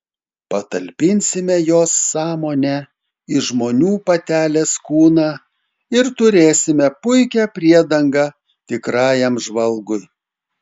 patalpinsime jos sąmonę į žmonių patelės kūną ir turėsime puikią priedangą tikrajam žvalgui